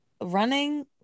running